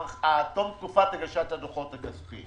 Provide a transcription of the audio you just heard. הגשת הדוחות הכספיים.